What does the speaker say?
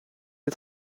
est